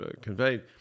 conveyed